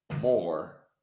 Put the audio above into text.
more